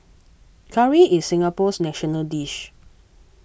curry is Singapore's national dish